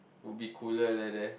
would be cooler leh there